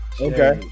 okay